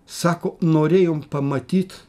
sako norėjom pamatyt